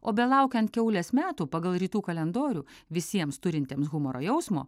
o belaukiant kiaulės metų pagal rytų kalendorių visiems turintiems humoro jausmo